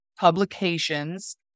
publications